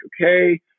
okay